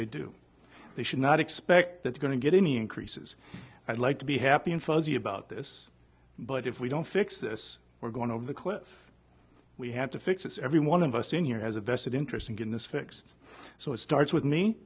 they do they should not expect that we're going to get any increases i'd like to be happy and fuzzy about this but if we don't fix this we're going over the cliff we have to fix this every one of us sr has a vested interest in getting this fixed so it starts with me